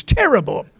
terrible